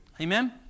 Amen